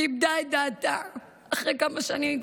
היא איבדה את דעתה אחרי כמה שנים.